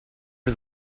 for